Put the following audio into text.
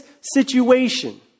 situation